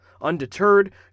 Undeterred